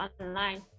online